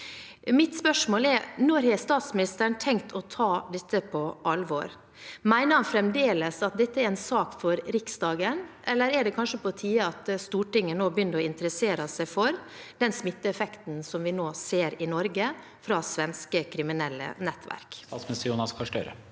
Mitt spørsmål er: Når har statsministeren tenkt å ta dette på alvor? Mener han fremdeles at dette er en sak for Riksdagen, eller er det kanskje på tide at Stortinget nå begynner å interessere seg for den smitteeffekten som vi nå ser i Norge, fra svenske kriminelle nettverk? Statsminister Jonas Gahr Støre